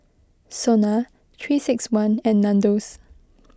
Sona three six one and Nandos